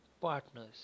partners